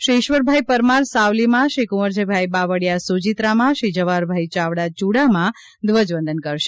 શ્રી ઇશ્વરભાઇ પરમાર સાવલીમાં શ્રી કુંવરજીભાઇ બાવળીયા સોજીત્રામાં શ્રી જવાહરભાઇ ચાવડા ચુડામાં ધ્વજવંદન કરશે